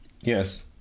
Yes